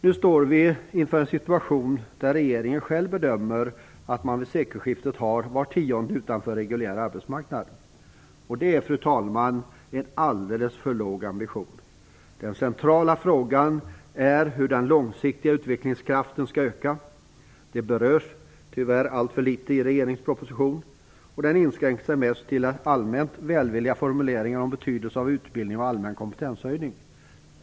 Nu står vi inför en situation där regeringen själv bedömer att vid sekelskiftet kommer var tionde att stå utanför den reguljära arbetsmarknaden. Detta, fru talman, är en alldeles för låg ambition. Den centrala frågan är hur den långsiktiga utvecklingskraften skall öka. Det berörs tyvärr alltför litet i regeringens proposition. Den inskränker sig mest till allmänt välvilliga formuleringar om betydelsen av utbildning och allmän kompetenshöjning.